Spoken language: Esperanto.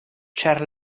ĉar